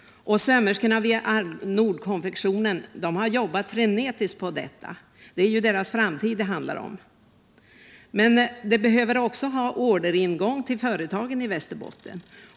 Sömmerskorna vid Nord Konfektion har jobbat frenetiskt på detta — det är ju deras framtid det handlar om. Men de behöver också ha orderingång till företagen i Västerbotten.